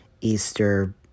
Easter